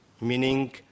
meaning